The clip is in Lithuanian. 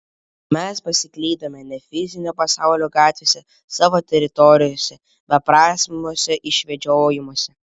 mes pasiklydome ne fizinio pasaulio gatvėse savo teorijose beprasmiuose išvedžiojimuose